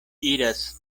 iras